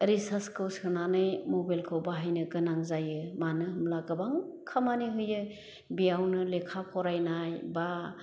रिसार्चखौ सोनानै मबेलखौ बाहायनो गोनां जायो मानो होमब्ला गोबां खामानि होयो बेयावनो लेखा फरायनाय बा